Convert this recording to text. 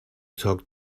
talk